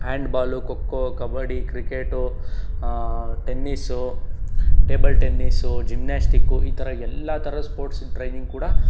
handball kho kho kabaddi cricket tennis table tennis gymnastic ಈ ಥರ ಎಲ್ಲ ಥರದ ಸ್ಪೋರ್ಟ್ಸಿನ ಟ್ರೈನಿಂಗ್ ಕೂಡ